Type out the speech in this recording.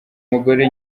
mugore